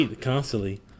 Constantly